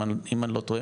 אם אני לא טועה,